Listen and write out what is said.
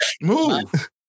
Move